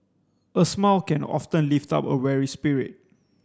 a smile can often lift up a weary spirit